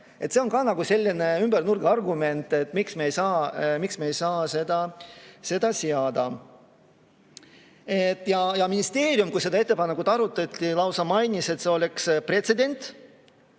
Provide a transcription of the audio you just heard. See on ka nagu selline ümbernurgaargument, miks me ei saa seda seada. Ministeerium, kui seda ettepanekut arutati, lausa ütles, et see oleks pretsedent.